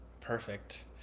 Perfect